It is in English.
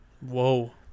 Whoa